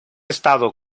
estado